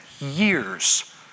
years